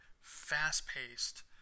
fast-paced